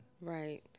Right